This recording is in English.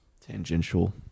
tangential